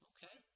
Okay